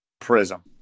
Prism